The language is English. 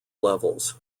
levels